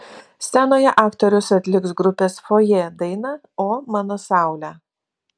scenoje aktorius atliks grupės fojė dainą o mano saule